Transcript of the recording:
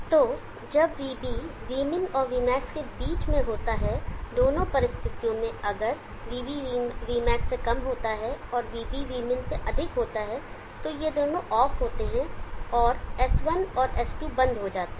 तो जब vB vmin और vmax के बीच होता है दोनों परिस्थितियों में अगर vB vmax से कम होता है और vB vmin से अधिक होता है तो ये दोनों ऑफ होते हैं और S1 और S2 बंद हो जाते हैं